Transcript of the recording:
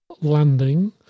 landing